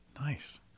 Nice